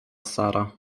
sara